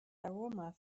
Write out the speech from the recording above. aroma